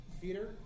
Peter